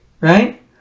right